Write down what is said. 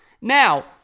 Now